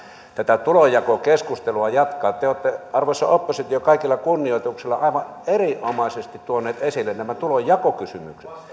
tätä tulonjakokeskustelua jatkaa te te olette arvoisa oppositio kaikella kunnioituksella aivan erinomaisesti tuoneet esille nämä tulonjakokysymykset